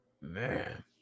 man